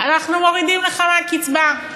אנחנו מורידים לך מהקצבה.